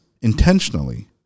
intentionally